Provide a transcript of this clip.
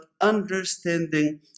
understanding